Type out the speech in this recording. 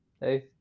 hey